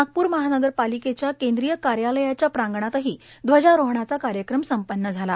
नागपूर महानगरपालिकेच्या केंद्रीय कार्यालयाच्या प्रांगणातही ध्वजारोहणाचा कार्यक्रम संपन्न झाला